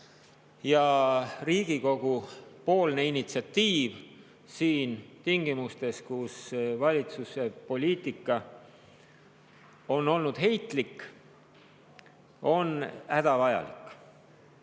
Ja Riigikogu initsiatiiv tingimustes, kus valitsuse poliitika on olnud heitlik, on hädavajalik.